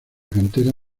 cantera